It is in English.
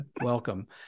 Welcome